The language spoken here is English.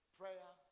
prayer